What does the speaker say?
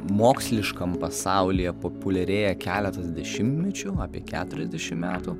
moksliškam pasaulyje populiarėja keletas dešimtmečių apie keturiasdešimt metų